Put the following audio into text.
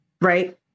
right